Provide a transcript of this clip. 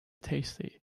tasty